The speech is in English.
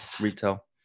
retail